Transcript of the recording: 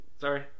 sorry